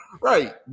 right